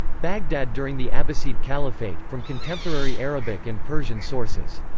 baghdad during the abbasid caliphate from contemporary arabic and persian sources.